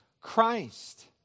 Christ